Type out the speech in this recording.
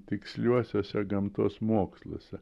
tiksliuosiuose gamtos moksluose